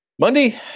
Monday